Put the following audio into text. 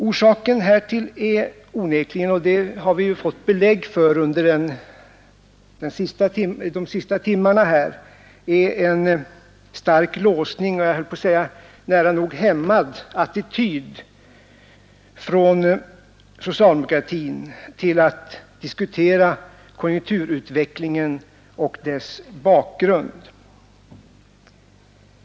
Orsaken härtill är onekligen — och det har vi ju fått belägg för under de senaste timmarna — en stark låsning för att inte säga en hämmad attityd från socialdemokratin till att diskutera konjunkturutvecklingen och dess bakgrund.